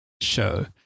Show